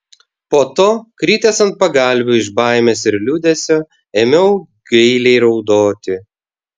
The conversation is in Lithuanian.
po to kritęs ant pagalvių iš baimės ir liūdesio ėmiau gailiai raudoti